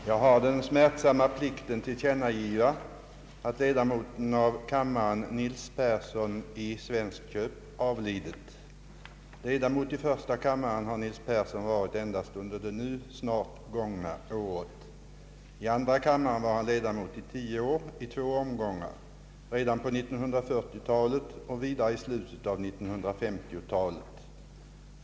Jag har den smärtsamma plikten tillkännagiva att ledamoten av kammaren Nils Persson — Persson i Svensköp — avlidit. Ledamot i första kammaren har Nils Persson varit endast under det nu snart gångna året. I andra kammaren var han ledamot i tio år, i två omgångar redan på 1940-talet och vidare i slutet på 1950-talet.